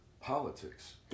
Politics